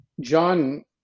John